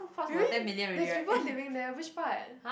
really there's people living there which part